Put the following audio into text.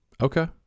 Okay